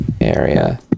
area